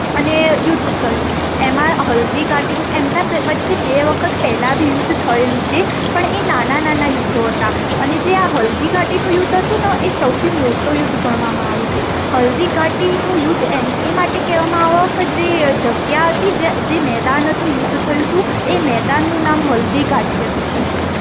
અને યુદ્ધ થયું એમાં હલ્દી ઘાટીનું એમના વચ્ચે બે વખત પહેલાં બી યુદ્ધ થયેલું છે પણ એ નાનાં નાનાં યુદ્ધો હતાં અને જે આ હલ્દી ઘાટીનું યુદ્ધ હતું ને એ સૌથી મોટું યુદ્ધ ગણવામાં આવે છે હલ્દી ઘાટીનું યુદ્ધ એ માટે કહેવામાં આવે કે જે જગ્યા હતી જે મેદાન હતું યુદ્ધ થયું હતું એ મેદાનનું નામ હલ્દી ઘાટી હતું